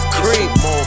cream